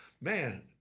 man